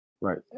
Right